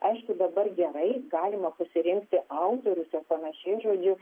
aišku dabar gerai galima pasirinkti autorius ir panašiai žodžiu